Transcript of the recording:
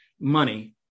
money